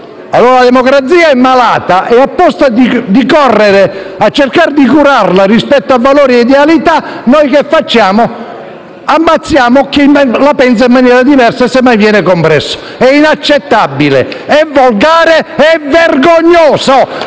ciò. La democrazia è malata e anziché correre a cercare di curarla rispetto a valori e idealità, noi che facciamo? Ammazziamo chi la pensa in maniera diversa, semmai fosse compreso. È inaccettabile, volgare e vergognoso